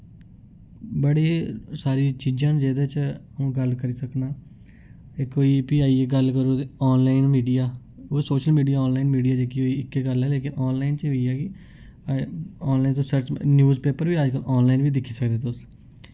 बड़ी सारी चीजां न जेह्दे च अ'ऊं गल्ल करी सकना इक होई फ्ही आई गल्ल करो ते आनलाइन मीडिया ओह् ही सोशल मीडिया आनलाइन मीडिया जेह्की होई इक्कै गल्ल ऐ लेकिन आनलाइन च एह् होई गेआ कि आनलाइन च सर्च न्यूजपेपर बी अजकल आनलाइन बी दिक्खी सकदे तुस